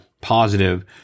positive